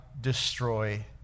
destroy